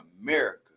America